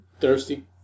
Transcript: Thirsty